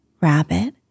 Rabbit